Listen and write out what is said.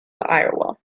iowa